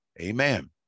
Amen